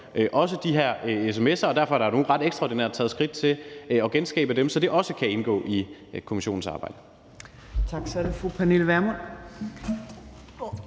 om de her sms'er, og derfor er der nu ret ekstraordinært taget skridt til at genskabe dem, så det også kan indgå i kommissionens arbejde.